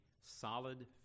solid